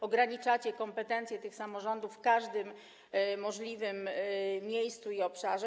Ograniczacie kompetencje tych samorządów w każdym możliwym miejscu i obszarze.